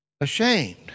ashamed